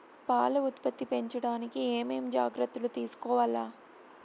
పాల ఉత్పత్తి పెంచడానికి ఏమేం జాగ్రత్తలు తీసుకోవల్ల?